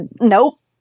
nope